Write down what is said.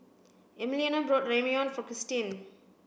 Emiliano bought Ramyeon for Kristyn